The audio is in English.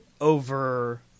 over